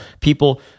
People